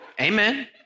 Amen